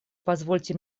позвольте